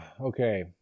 Okay